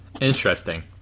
Interesting